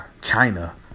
China